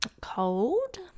cold